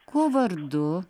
kuo vardu